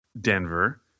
Denver